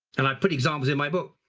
and i've put examples in my book,